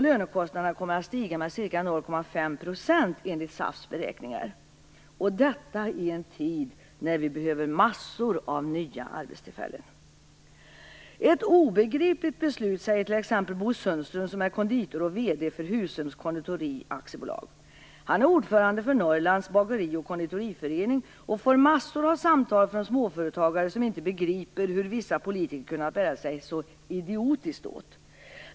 Lönekostnaderna kommer att stiga med ca 0,5 % enligt SAF:s beräkningar - och detta i en tid när vi behöver massor av nya arbetstillfällen! Ett obegripligt beslut, säger t.ex. Bo Sundström, som är konditor och VD för Husums Konditori AB. Han är ordförande för Norrlands bageri och konditoriförening, och får massor av samtal från småföretagare som inte begriper hur vissa politiker har kunnat bära sig så idiotiskt åt.